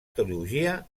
teologia